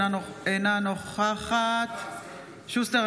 אינה נוכחת אלון שוסטר,